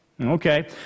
Okay